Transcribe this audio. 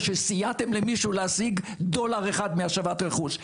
שסייעתם למישהו להשיג דולר אחד מהשבת רכוש.